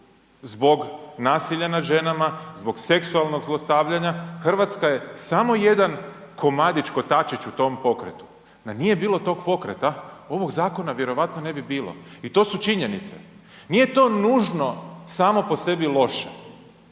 zbog nasilja nad ženama, zbog seksualnog zlostavljanja RH je samo jedan komadić, kotačić u tom pokretu, da nije bilo tog pokreta, ovog zakona vjerojatno ne bi bilo i to su činjenice, nije to nužno samo po sebi loše,